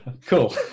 Cool